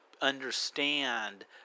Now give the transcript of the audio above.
understand